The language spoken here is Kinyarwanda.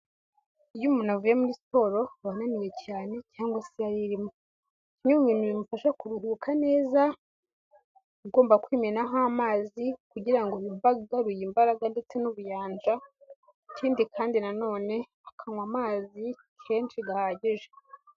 Iyo umuntu avuye muri siporo aba ananiwe cyane cyangwa se yayirimo. bimwe mu bintu bimufasha kuruhuka neza ugomba kwimenaho amazi kugira ngoyumve agaruye imbaraga ndetse n'ubuyanja, ikindi kandi na none akanywa amazi kenshi gahagije.